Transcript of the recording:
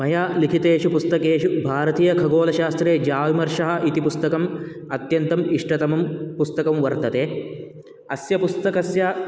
मया लिखितेषु पुस्तकेषु भारतीयखगोलशास्त्रे ज्यामर्शा इति पुस्तकम् अत्यन्तम् इष्टतमं पुस्तकं वर्तते अस्य पुस्तकस्य